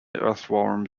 earthworm